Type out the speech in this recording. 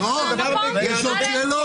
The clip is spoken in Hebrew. יש עוד שאלות.